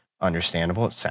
Understandable